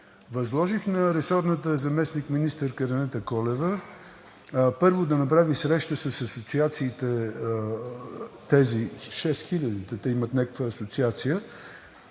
Възложих на ресорната заместник-министърка Ренета Колева първо да направи среща с асоциациите – тези шест хиляди, те имат някаква асоциация,